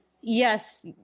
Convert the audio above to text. yes